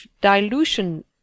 dilution